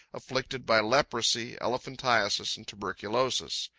afflicted by leprosy, elephantiasis, and tuberculosis.